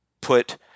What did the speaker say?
put